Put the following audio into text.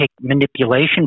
manipulation